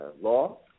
law